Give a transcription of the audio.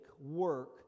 work